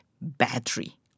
battery